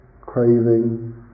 craving